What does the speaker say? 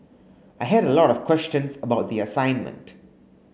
I had a lot of questions about the assignment